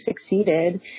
succeeded